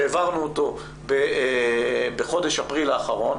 שהעברנו באפריל האחרון,